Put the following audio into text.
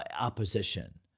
opposition